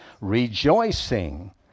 rejoicing